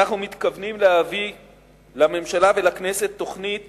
אנחנו מתכוונים להביא לממשלה ולכנסת תוכנית